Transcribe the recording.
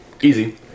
Easy